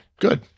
good